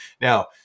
Now